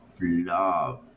love